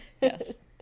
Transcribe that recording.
Yes